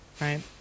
Right